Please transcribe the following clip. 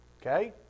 okay